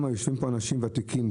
יושבים פה אנשים ותיקים,